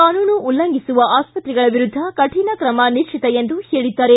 ಕಾನೂನು ಉಲ್ಲಂಘಿಸುವ ಆಸ್ಪತೆಗಳ ವಿರುದ್ದ ಕಠಿಣ ಕ್ರಮ ನಿಶ್ಚಿತ ಎಂದು ಹೇಳಿದ್ದಾರೆ